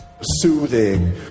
soothing